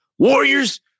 Warriors